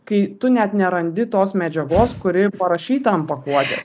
kai tu net nerandi tos medžiagos kuri parašyta ant pakuotės